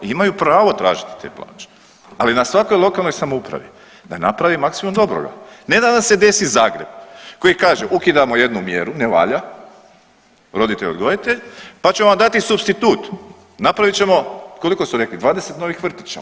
I imaju pravo tražiti te plaće, ali na svakoj lokalnoj samoupravi da naprave maksimu dobroga, ne da nam se desi Zagreb koji kaže ukidamo jednu mjeru, ne valja, „roditelj odgojitelj“ pa ćemo vam dati supstitut, napravit ćemo koliko su rekli, 20 novih vrtića.